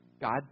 God